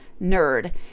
nerd